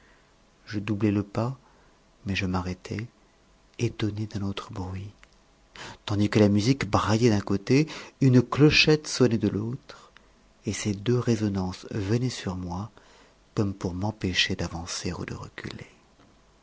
je doublai le pas mais je m'arrêtai étonné d'un autre bruit tandis que la musique braillait d'un côté une clochette sonnait de l'autre et ces deux résonnances venaient sur moi comme pour m'empêcher d'avancer ou de reculer